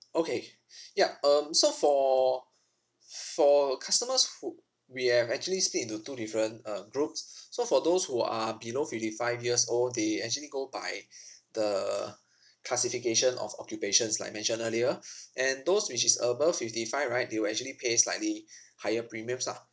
okay yup um so for for customers who we have actually split into two different uh groups so for those who are below fifty five years old they actually go by the classification of occupations like mentioned earlier and those which is above fifty five right they will actually pay slightly higher premiums lah